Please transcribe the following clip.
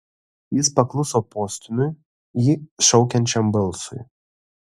jis pakluso postūmiui jį šaukiančiam balsui